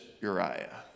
Uriah